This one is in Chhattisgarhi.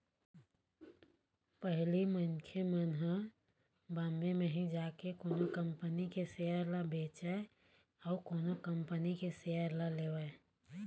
पहिली मनखे मन ह बॉम्बे म ही जाके कोनो कंपनी के सेयर ल बेचय अउ कोनो कंपनी के सेयर ल लेवय